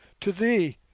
to thee,